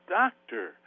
doctor